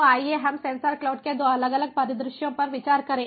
तो आइए हम सेंसर क्लाउड के 2 अलग अलग परिदृश्यों पर विचार करें